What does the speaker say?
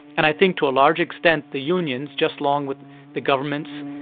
and i think to a large extent the unions, just along with the governments,